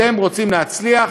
אתם רוצים להצליח,